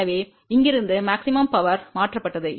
எனவே இங்கிருந்து அதிகபட்ச சக்தி மாற்றப்பட்டது